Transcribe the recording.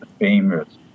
famous